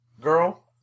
girl